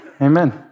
Amen